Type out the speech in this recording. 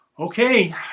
Okay